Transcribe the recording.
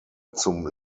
zum